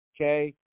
okay